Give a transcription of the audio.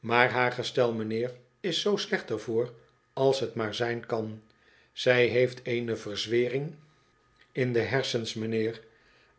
maar haar gestel mijnheer is z slecht er voor als het maar zijn kan zij heeft eene verzwering in de hersens mijnheer